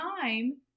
time